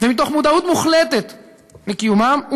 ומתוך מודעות מוחלטת לקיומם,